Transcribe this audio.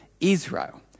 Israel